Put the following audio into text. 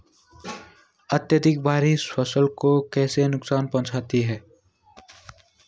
अत्यधिक बारिश फसल को कैसे नुकसान पहुंचाती है?